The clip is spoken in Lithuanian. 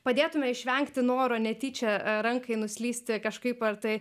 padėtume išvengti noro netyčia rankai nuslysti kažkaip ar tai